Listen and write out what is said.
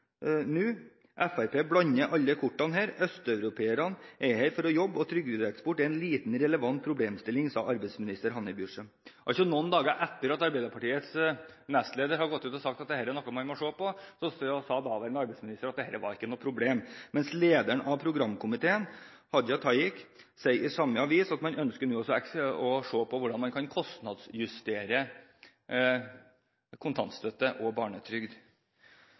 nå. Hun sa videre at Fremskrittspartiet blander alle kort her, østeuropeerne er her for å jobbe, og trygdeeksport er en lite relevant problemstilling. Altså: Noen dager etter at Arbeiderpartiets nestleder gikk ut og sa at dette var noe man måtte se på, sa daværende arbeidsminister at dette ikke var noe problem, mens leder av programkomiteen, Hadia Tajik, sa i samme avis at man ønsket å se på hvordan man kan kostnadsjustere kontantstøtte og barnetrygd.